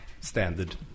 standard